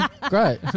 great